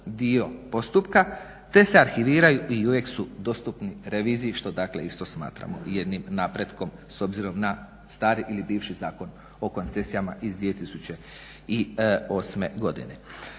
dio postupka te se arhiviraju i uvijek su dostupni reviziji što dakle isto smatramo jednim napretkom s obzirom na stari ili bivši Zakon o koncesijama iz 2008. godine.